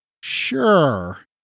sure